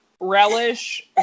Relish